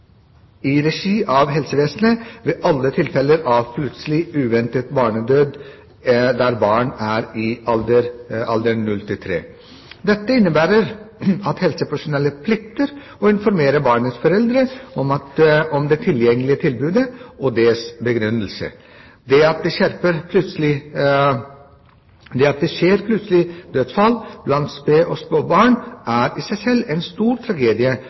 i regi av helsevesenet ved alle tilfeller av plutselig uventet barnedød der barnet er i alderen 0–3 år. Dette innebærer at helsepersonellet plikter å informere barnets foreldre om det tilgjengelige tilbudet og dets begrunnelse. Det at det skjer plutselige dødsfall blant sped- og småbarn, er i seg selv en stor tragedie,